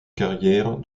carrière